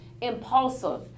impulsive